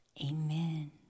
amen